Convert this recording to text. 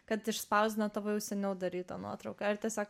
kad išspausdino tavo jau seniau darytą nuotrauką ar tiesiog